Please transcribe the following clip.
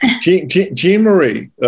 Jean-Marie